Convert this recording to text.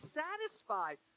satisfied